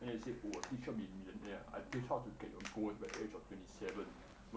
then they say oh I teach you how to be millionaire I teach how to get your gold by the age of twenty seven